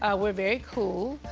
ah we're very cool,